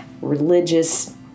religious